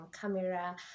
camera